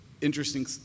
interesting